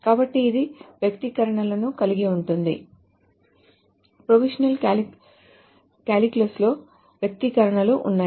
కాబట్టి ఇది వ్యక్తీకరణలను కలిగి ఉంటుంది ప్రొపొజిషనల్ కాలిక్యులస్ లో వ్యక్తీకరణలు ఉన్నాయి